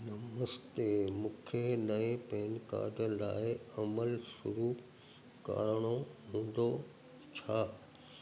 नमस्ते मूंखे नए PAN card लाइ अमल शुरु करिणो हूंदो छा